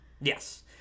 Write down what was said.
Yes